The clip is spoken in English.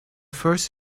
first